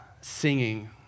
singing